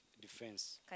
defense